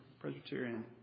Presbyterian